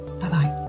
Bye-bye